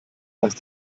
dass